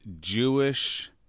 Jewish